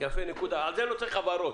יפה, נקודה - על זה לא צריך הבהרות.